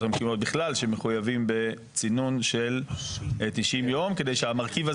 המקומיות בכלל שמחויבים בצינון של 90 יום כדי שהמרכיב הזה